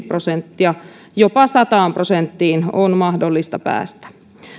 prosenttia jopa sataan prosenttiin on mahdollista päästä